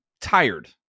tired